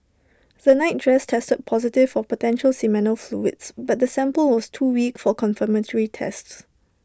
the nightdress tested positive for potential seminal fluids but the sample was too weak for confirmatory tests